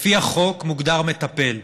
לפי החוק, מוגדר מטפל.